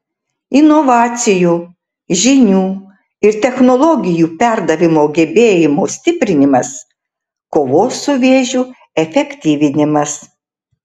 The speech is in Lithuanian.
inovacijų žinių ir technologijų perdavimo gebėjimo stiprinimas kovos su vėžiu efektyvinimas